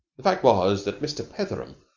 the fact was that mr. petheram,